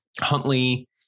Huntley